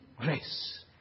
grace